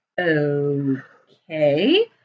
Okay